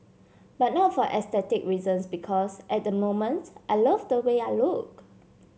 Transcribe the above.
but not for aesthetic reasons because at the moment I love the way I look